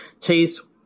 Chase